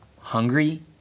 hungry